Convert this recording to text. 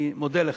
אני מודה לך.